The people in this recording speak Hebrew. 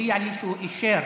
הודיע לי שהוא אישר